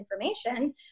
information